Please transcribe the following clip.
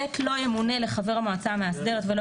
(ב)לא ימונה לחבר המועצה המאסדרת ולא